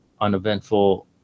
uneventful